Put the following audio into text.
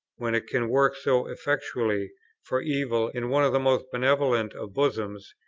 when it can work so effectually for evil, in one of the most benevolent of bosoms,